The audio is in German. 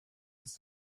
ist